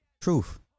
Truth